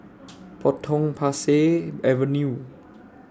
Potong Pasir Avenue